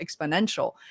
exponential